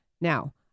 Now